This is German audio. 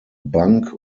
bank